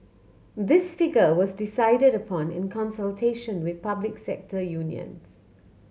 this figure was decided upon in consultation with public sector unions